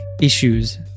issues